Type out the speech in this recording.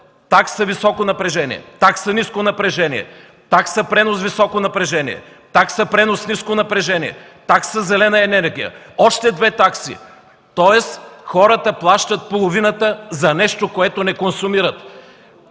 такса високо напрежение, такса ниско напрежение, такса пренос високо напрежение, такса пренос ниско напрежение, такса зелена енергия, още две такси! Тоест хората плащат половината за нещо, което не консумират.